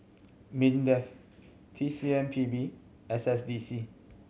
MINDEF T C M P B S S D C